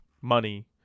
money